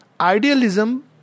idealism